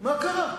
מה קרה?